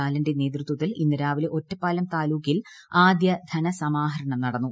ബാലന്റെ നേതൃത്വത്തിൽ ഇന്ന് രാവിലെ ഒറ്റപ്പാലം താലൂക്കിൽ ആദ്യ ധനസമാഹരണം നടന്നു